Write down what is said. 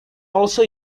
also